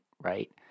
right